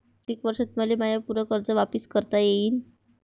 कितीक वर्षात मले माय पूर कर्ज वापिस करता येईन?